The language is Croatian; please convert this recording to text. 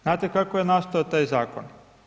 Znate kao je nastao taj zakon?